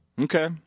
Okay